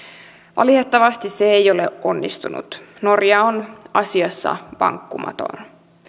valitettavasti se ei ole onnistunut norja on asiassa vankkumaton